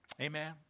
Amen